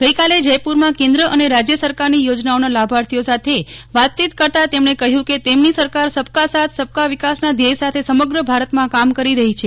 આજે જયપુરમાં કેન્દ્ર અને રાજ્ય સરકારની યોજનાઓના લાભાર્થીઓ સાથે વાતચીત કરતાં તેમકો કહ્યું કે તેમની સરકાર સબકા સાથ સબકા વિકાસ ના ધ્યેય સાથે સમગ્ર ભારતમાં કામ કરી રહી છે